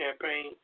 campaign